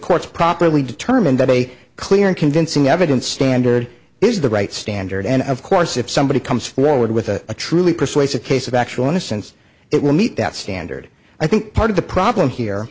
courts properly determined that a clear and convincing evidence standard is the right standard and of course if somebody comes forward with a truly persuasive case of actual innocence it will meet that standard i think part of the problem here